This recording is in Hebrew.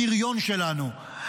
הפריון שלנו,